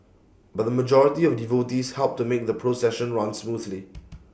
but the majority of devotees helped to make the procession run smoothly